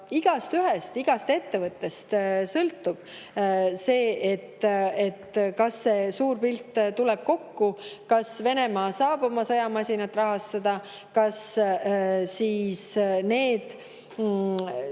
Igaühest, igast ettevõttest sõltub, kas see suur pilt tuleb kokku, kas Venemaa saab oma sõjamasinat rahastada. [Tuleb